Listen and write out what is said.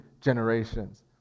generations